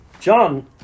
John